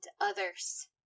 others